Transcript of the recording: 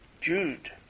Jude